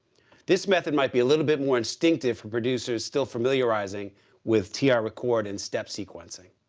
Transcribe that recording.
this method might be a little bit more instinctive for producers still familiarizing with tr-record and step sequencing.